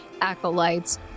acolytes